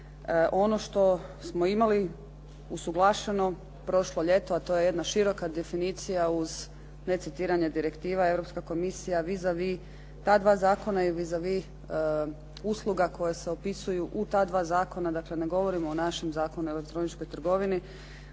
Ono što smo imali usuglašeno prošlo ljeto, a to je jedna široka definicija uz necitiranja direktiva Europska komisija vis a vis ta dva zakona i vis a vis usluga koje se opisuju u ta dva zakona, dakle ne govorim o našem Zakonu o elektroničkoj trgovini